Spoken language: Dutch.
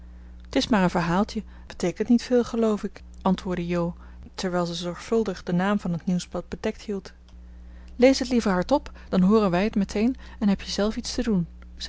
t is maar een verhaaltje het beteekent niet veel geloof ik antwoordde jo terwijl ze zorgvuldig den naam van het nieuwsblad bedekt hield lees het liever hardop dan hooren wij het meteen en heb je zelf iets te doen